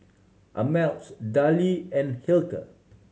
Ameltz Darlie and Hilker